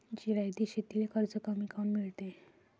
जिरायती शेतीले कर्ज कमी काऊन मिळते?